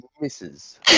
Misses